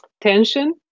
tension